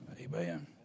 Amen